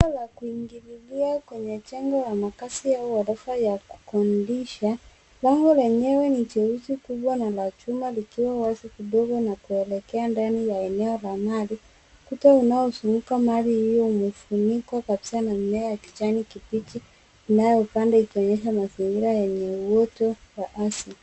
Lango la kuingililia kwenye jengo ya makazi au ghorofa ya kukodisha. Lango lenyewe ni jeusi, kubwa na la chuma likiwa wazi kidogo na kuelekea ndani ya eneo la mali. Kuta unaozuia mali hiyo umefunikwa kabisa na mimea ya kijani kibichi inayopanda ikionyesha mazingira yenye uoto wa asili.